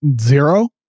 Zero